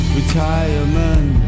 Retirement